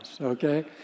okay